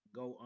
go